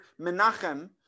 Menachem